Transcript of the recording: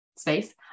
space